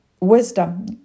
wisdom